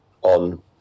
on